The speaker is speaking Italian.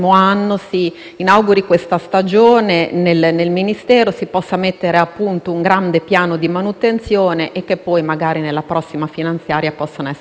Comunico che il Presidente del Senato e il Presidente della Camera dei deputati hanno proceduto alla nomina dei componenti della Commissione parlamentare di vigilanza sull'anagrafe tributaria.